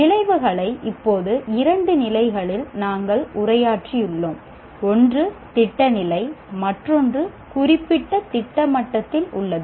விளைவுகளை இப்போது இரண்டு நிலைகளில் நாங்கள் உரையாற்றியுள்ளோம் ஒன்று திட்ட நிலை மற்றொன்று குறிப்பிட்ட திட்ட மட்டத்தில் உள்ளது